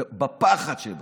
בפחד שבה,